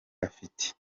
afite